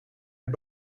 het